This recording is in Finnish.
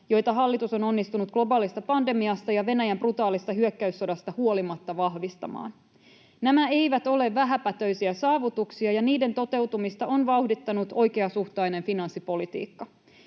joita hallitus on onnistunut globaalista pandemiasta ja Venäjän brutaalista hyökkäyssodasta huolimatta vahvistamaan. Nämä eivät ole vähäpätöisiä saavutuksia, ja niiden toteutumista on vauhdittanut oikeasuhtainen finanssipolitiikka.